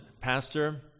pastor